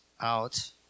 out